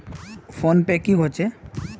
Phone पै की होचे?